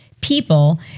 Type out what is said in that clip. people